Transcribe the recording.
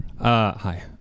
hi